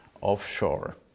offshore